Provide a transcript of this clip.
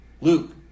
Luke